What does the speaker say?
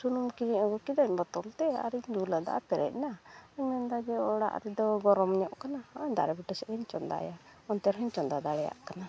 ᱥᱩᱱᱩᱢ ᱠᱚᱨᱤᱧ ᱟᱹᱜᱩ ᱠᱤᱫᱟᱹᱧ ᱵᱚᱛᱚᱞᱛᱮ ᱟᱨᱤᱧ ᱫᱩᱞᱟᱫᱟ ᱯᱮᱨᱮᱡᱱᱟ ᱢᱮᱱᱫᱟ ᱡᱮ ᱚᱲᱟᱜ ᱨᱮᱫᱚ ᱜᱚᱨᱚᱢᱧᱚᱜ ᱠᱟᱱᱟ ᱫᱟᱨᱮ ᱵᱩᱴᱟᱹ ᱥᱮᱫᱨᱮᱧ ᱪᱚᱸᱫᱟᱭᱟ ᱚᱱᱛᱮᱨᱮᱧ ᱪᱚᱸᱫᱟ ᱫᱟᱲᱮᱭᱟᱜ ᱠᱟᱱᱟ